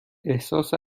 احساس